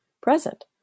present